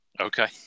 Okay